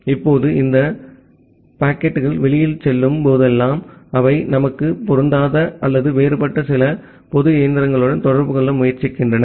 இப்போது இந்த பாக்கெட்டுகள் வெளியில் செல்லும் போதெல்லாம் அவை நமக்குப் பொருந்தாத அல்லது வேறுபட்ட சில பொது இயந்திரங்களுடன் தொடர்பு கொள்ள முயற்சிக்கின்றன